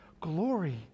glory